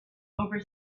over